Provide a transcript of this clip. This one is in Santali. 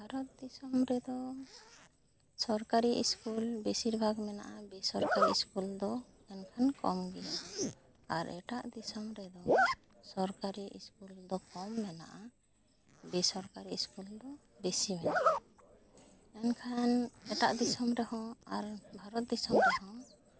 ᱵᱷᱟᱨᱚᱛ ᱫᱤᱥᱚᱢ ᱨᱮᱫᱚ ᱥᱚᱨᱠᱟᱨᱤ ᱤᱥᱠᱩᱞ ᱵᱮᱥᱤᱨ ᱵᱷᱟᱜᱽ ᱢᱮᱱᱟᱜᱼᱟ ᱵᱮᱥᱚᱨᱠᱟᱨᱤ ᱤᱥᱠᱩᱞ ᱫᱚ ᱢᱮᱱᱠᱷᱟᱱ ᱠᱚᱢ ᱜᱮᱭᱟ ᱟᱨ ᱮᱴᱟᱜ ᱫᱤᱥᱚᱢ ᱨᱮᱫᱚ ᱥᱚᱨᱠᱟᱨᱤ ᱤᱥᱠᱩᱞ ᱫᱚ ᱠᱚᱢ ᱢᱮᱱᱟᱜᱼᱟ ᱵᱮᱥᱟᱨᱠᱟᱨᱤ ᱤᱥᱠᱩᱞ ᱫᱚ ᱵᱮᱥᱤ ᱢᱮᱱᱟᱜᱼᱟ ᱢᱮᱱᱠᱷᱟᱱ ᱮᱴᱟᱜ ᱫᱤᱥᱚᱢ ᱨᱮᱦᱚᱸ ᱟᱨ ᱵᱷᱟᱨᱚᱛ ᱫᱤᱥᱚᱢ ᱨᱮᱦᱚᱸ